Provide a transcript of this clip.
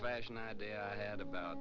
fashion idea i had about